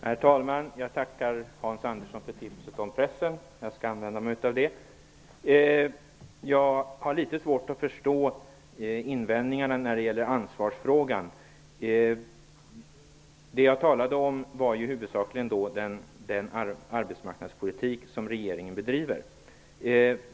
Herr talman! Jag tackar Hans Andersson om tipset om pressen. Jag skall använda mig av det. Jag har litet svårt att förstå invändningarna i ansvarsfrågan. Det jag talade om vad huvudsakligen den arbetsmarknadspolitik som regeringen bedriver.